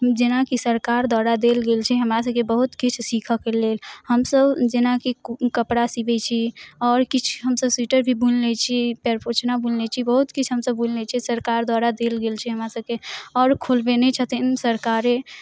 जेनाकि सरकार द्वारा देल गेल छै हमरा सभके बहुत किछु सीखऽ कऽ लेल हमसभ जेनाकि कौन कपड़ा आओर किछु हमसभ स्वीटर भी बुनि लय छी पैर पोछना भी बुनि लय छी बहुत किछ हमसभ बुनि लय छियै सरकार द्वारा देल गेल छै हमरा सभके आओर खुलबेने छथिन सरकारे